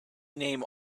name